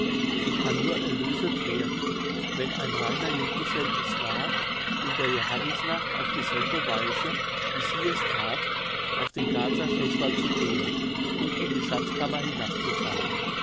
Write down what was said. sie kann nur erlöset werden wenn ein reiner junggesell es wagt in der johannisnacht auf dieselbe weise wie sie es that auf den garzer schloßwall zu gehen und in die schatzkammer hinabzufallen